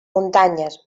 muntanyes